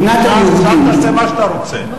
עכשיו תעשה מה שאתה רוצה.